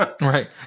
Right